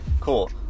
cool